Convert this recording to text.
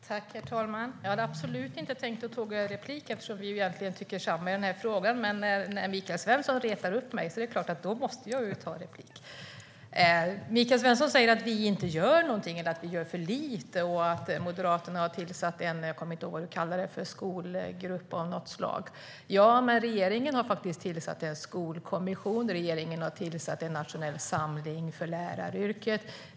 Herr talman! Jag hade absolut inte tänkt att ta replik eftersom vi egentligen tycker samma i den här frågan. Men när Michael Svensson retar upp mig måste jag ju ta replik. Michael Svensson säger att vi inte gör någonting eller att vi gör för lite. Han säger att Moderaterna har tillsatt en skolgrupp av något slag. Jag kommer inte ihåg vad du kallade det. Regeringen har tillsatt en skolkommission och startat en nationell samling för läraryrket.